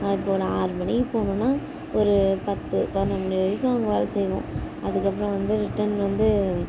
இப்போ ஒரு ஆறு மணிக்கு போனோம்னா ஒரு பத்து பதினொன்னு மணி வரைக்கும் அங்கே வேலை செய்வோம் அதுக்கப்றம் வந்து ரிட்டர்ன் வந்து